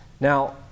Now